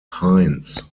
hines